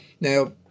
Now